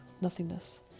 nothingness